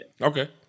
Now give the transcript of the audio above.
Okay